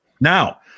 Now